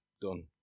done